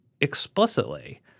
explicitly –